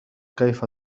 كيف